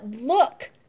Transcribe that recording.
look